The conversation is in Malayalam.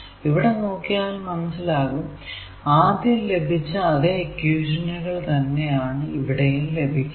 ഇവിടെ നോക്കിയാൽ മനസ്സിലാകും ആദ്യം ലഭിച്ച അതെ ഇക്വേഷനുകൾ തന്നെ ആണ് ഇവിടെയും ലഭിക്കുക